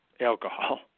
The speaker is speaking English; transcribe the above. alcohol